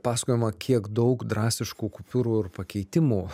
pasakojama kiek daug drastiškų kupiūrų ir pakeitimų